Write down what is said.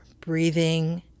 breathing